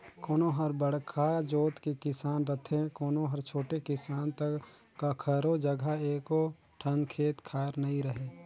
कोनो हर बड़का जोत के किसान रथे, कोनो हर छोटे किसान त कखरो जघा एको ठन खेत खार नइ रहय